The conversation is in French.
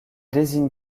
désigne